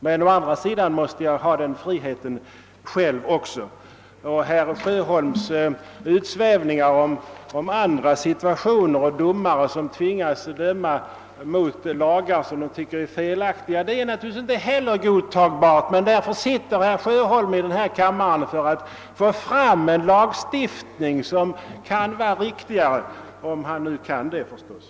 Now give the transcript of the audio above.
Men å andra sidan måste jag själv ha samma frihet att handla i enlighet med mitt samvete. Herr Sjöholm gjorde en del utsvävningar och talade om domare som tvingas döma i enlighet med lagar som de själva tycker är felaktiga. Det är naturligtvis inte heller godtagbart. Men herr Sjöholm sitter i denna kammare bl.a. för att åstadkomma en lagstiftning som är riktigare — om han nu kan det förstås.